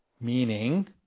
meaning